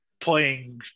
playing